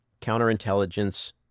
Counterintelligence